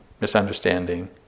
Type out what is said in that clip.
misunderstanding